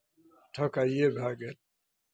ठकाइए भए गेल